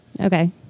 okay